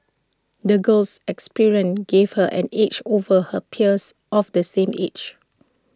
the girl's experiences gave her an edge over her peers of the same age